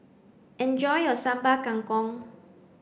enjoy your Sambal Kangkong